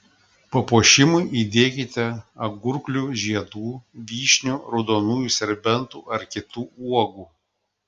papuošimui įdėkite agurklių žiedų vyšnių raudonųjų serbentų ar kitų uogų